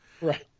Right